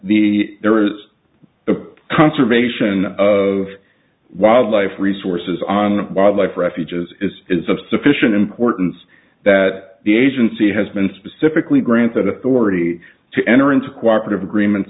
the there is the conservation of wildlife resources on wildlife refuges is is of sufficient importance that the agency has been specifically granted authority to enter into cooperate agreements